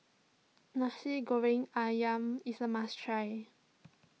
Nasi Goreng Ayam is a must try